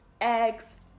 eggs